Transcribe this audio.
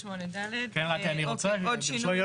רק אני רוצה ברשותך.